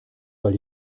weil